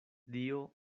dio